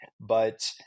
But-